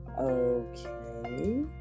okay